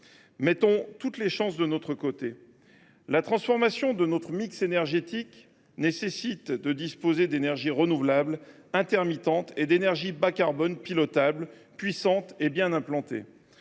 Mettons toutes les chances de notre côté. La transformation de notre mix énergétique impose de disposer d’énergies renouvelables intermittentes et d’énergies bas carbone pilotables, puissantes et bien implantées.